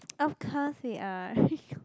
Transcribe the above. of course they are